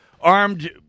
Armed